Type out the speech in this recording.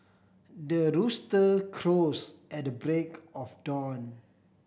the rooster crows at the break of dawn